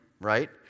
right